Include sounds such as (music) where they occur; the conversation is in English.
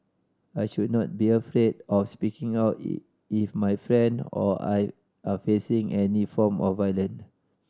I should not be afraid of speaking out (unintelligible) if my friend or I are facing any form of violent